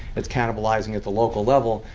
it's cannibalizing at the local level,